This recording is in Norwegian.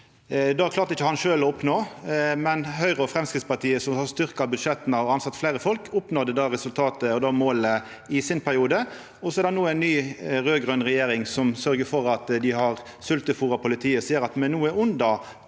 Det klarte ikkje han sjølv å oppnå, men Høgre og Framstegspartiet, som har styrkt budsjetta og tilsett fleire folk, oppnådde det resultatet og målet i sin periode. Så er det no ei ny raud-grøn regjering som sørgjer for at ein har sveltefôra politiet, noko som gjer at me no er under